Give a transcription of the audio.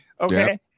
Okay